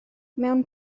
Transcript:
mewn